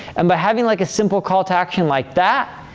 and by having like a simple call to action like that,